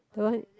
the one